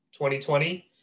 2020